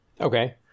Okay